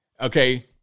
Okay